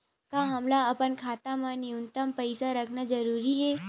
का हमला अपन खाता मा न्यूनतम पईसा रखना जरूरी हे?